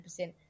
100%